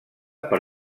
per